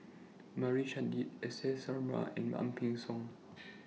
Meira Chand S S Sarma and Ang Peng Siong